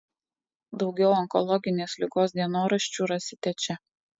daugiau onkologinės ligos dienoraščių rasite čia